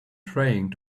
praying